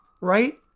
right